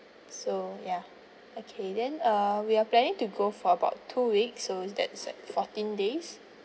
so ya okay then uh we are planning to go for about two weeks so is that's like fourteen days